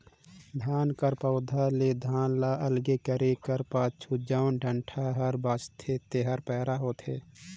धान कर पउधा ले धान ल अलगे करे कर पाछू जउन डंठा हा बांचथे तेहर पैरा होथे